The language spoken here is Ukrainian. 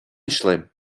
йшли